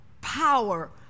power